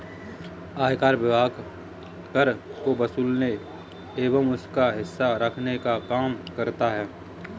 आयकर विभाग कर को वसूलने एवं उसका हिसाब रखने का काम करता है